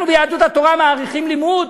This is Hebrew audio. אנחנו ביהדות התורה מעריכים לימוד,